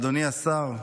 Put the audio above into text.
אדוני השר,